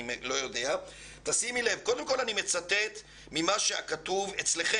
קודם כול אני אצטט ממה שכתוב אצלם